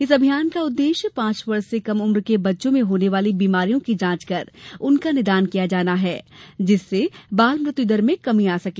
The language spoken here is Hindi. इस अभियान का उद्देश्य पाँच वर्ष से कम उम्र के बच्चों में होन वाली बीमारियों की जांच कर उनका निदान किया जाना है जिससे बाल मृत्यु दर में कमी आ सके